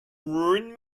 ruin